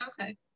okay